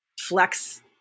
flex